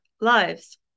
lives